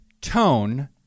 tone